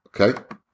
Okay